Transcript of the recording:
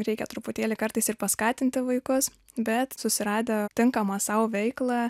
reikia truputėlį kartais ir paskatinti vaikus bet susiradę tinkamą sau veiklą